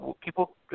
People